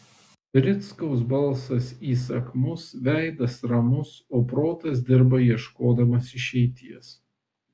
rickaus balsas įsakmus veidas ramus o protas dirba ieškodamas išeities